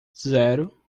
zero